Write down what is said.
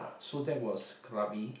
so that was Krabi